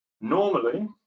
normally